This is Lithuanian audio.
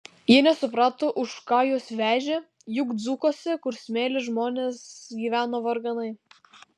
jie nesuprato už ką juos vežė juk dzūkuose kur smėlis žmonės gyveno varganai